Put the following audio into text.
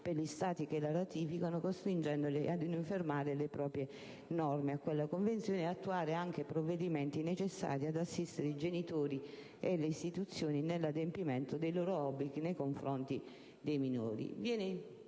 per gli Stati che la ratificano, costringendoli ad uniformare le proprie norme a quelle da essa previste e anche ad attuare tutti i provvedimenti necessari ad assistere i genitori e le istituzioni nell'adempimento dei loro obblighi nei confronti dei minori.